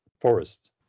forest